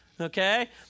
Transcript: okay